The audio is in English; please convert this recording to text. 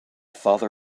father